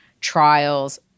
trials